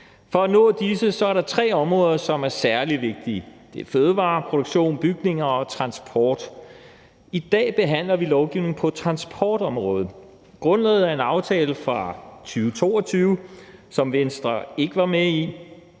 For at nå disse er der tre områder, som er særlig vigtige: Det er fødevareproduktion, bygninger og transport. I dag behandler vi et lovforslag på transportområdet. Grundlaget er en aftale fra 2022, som Venstre ikke var med i.